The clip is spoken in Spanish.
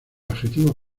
adjetivo